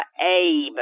Abe